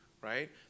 right